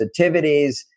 sensitivities